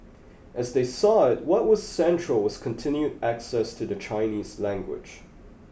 as they saw it what was central was continued access to the Chinese language